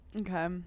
Okay